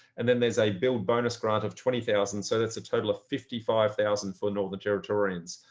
and then there's a build bonus grant of twenty thousand. so that's a total of fifty five thousand for northern territorians.